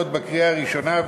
עוד בקריאה הראשונה,